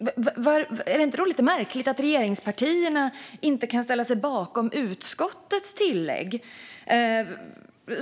är det då inte lite märkligt att regeringspartierna inte kan ställa sig bakom utskottets tillägg?